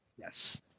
Yes